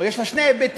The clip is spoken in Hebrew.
יש לה שני היבטים.